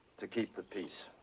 to keep the peace.